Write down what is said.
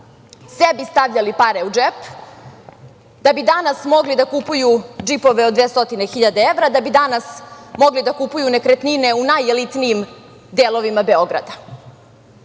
sebi stavljali pare u džep, da bi danas mogli da kupuju džipove od 200.000 evra, da bi danas mogli da kupuju nekretnine u najelitnijim delovima Beograda. Konačno,